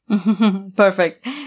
perfect